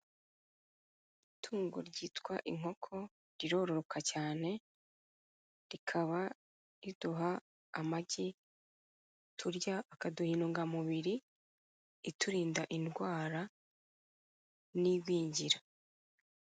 Itungo ryitwa inkoko rirororoka cyane, rikaba riduha amagi turya, akaduha intungamubiri iturinda indwara n'igwingira.